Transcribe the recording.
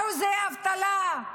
אחוזי אבטלה,